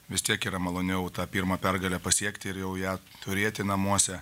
vis tiek yra maloniau tą pirmą pergalę pasiekti ir jau ją turėti namuose